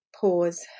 pause